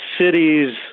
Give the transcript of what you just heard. cities